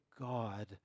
God